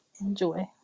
Enjoy